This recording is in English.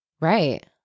Right